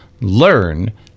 learn